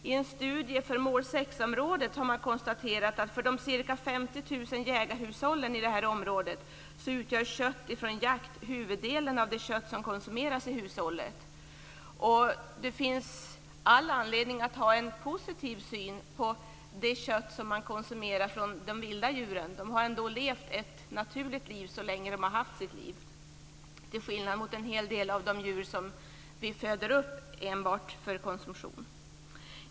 I en studie av mål 6-området har man konstaterat att för de ca 50 000 jägarhushållen i det här området utgör kött från jakt huvuddelen av det kött som konsumeras i hushållet. Det finns all anledning att ha en positiv syn på det kött som man konsumerar från de vilda djuren. De har ändå levt ett naturligt liv så länge de har haft sitt liv, till skillnad från en hel del av de djur som vi föder upp enbart för konsumtion.